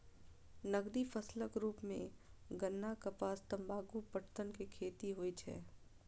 नकदी फसलक रूप मे गन्ना, कपास, तंबाकू, पटसन के खेती होइ छै